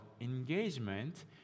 engagement